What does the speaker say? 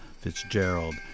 Fitzgerald